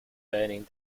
burning